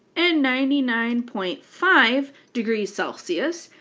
and ninety nine point five degrees celsius,